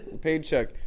Paycheck